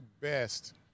best